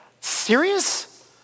serious